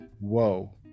whoa